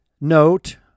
note